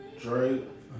Drake